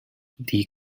die